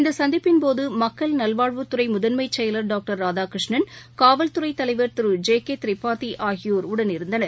இந்த சந்திப்பின் போது மக்கள் நல்வாழ்வுத்துறை முதன்மைச் செயலாளர் டாக்டர் ராதாகிருஷ்ணன் காவல்துறை தலைவர் திரு ஜே கே திரிபாதி ஆகியோர் உடனிருந்தனர்